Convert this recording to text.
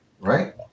right